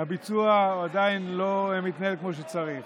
הביצוע עדיין לא מתנהל כמו שצריך.